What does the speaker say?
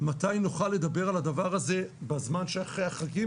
מתי נוכל לדבר על הדבר הזה בזמן של אחרי החגים